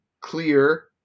clear